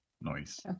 Nice